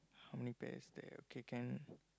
how many pairs there okay can